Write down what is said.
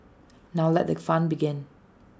now let the fun begin